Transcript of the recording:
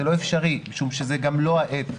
זה לא אפשרי, משום שזו גם לא העת.